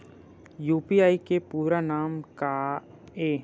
UPI के पूरा नाम का ये?